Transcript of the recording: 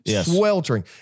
sweltering